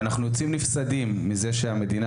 ואנחנו יוצאים נפסדים מזה שהמדינה,